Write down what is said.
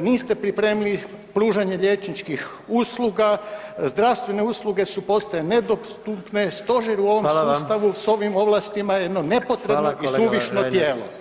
niste pripremili pružanje liječničkih usluga, zdravstvene usluge su postale nedostupne, Stožer u ovom sustavu [[Upadica: Hvala vam.]] s ovim ovlastima jedno nepotrebno [[Upadica: Hvala kolega Reiner.]] i suvišno tijelo.